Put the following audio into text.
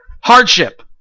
hardship